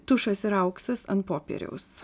tušas ir auksas ant popieriaus